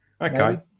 okay